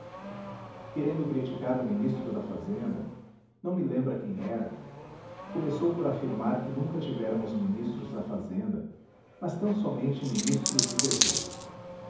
querendo criticar o ministro da fazenda não me lembra quem era começou por afirmar que nunca tivéramos ministros da fazenda mas tão-somente ministros do tesouro